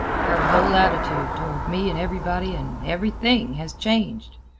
her whole attitude toward me and everybody and everything has changed.